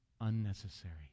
unnecessary